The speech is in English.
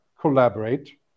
collaborate